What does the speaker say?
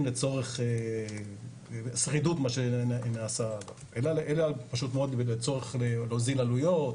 לצורך שרידות אלא פשוט מאוד להוזיל עלויות,